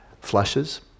flushes